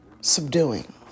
subduing